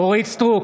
אורית מלכה סטרוק,